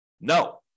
No